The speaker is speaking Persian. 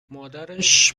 مادرش